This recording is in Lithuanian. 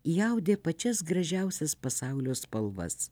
įaudė pačias gražiausias pasaulio spalvas